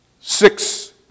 six